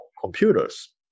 computers